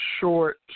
Short